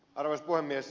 arvoisa puhemies